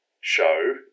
show